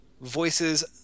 voices